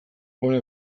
hona